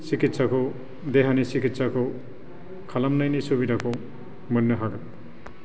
सिकित्साखौ देहानि सिकित्साखौ खालामनायनि सुबिदाखौ मोननो हागोन